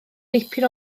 dipyn